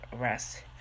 arrest